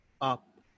up